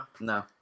no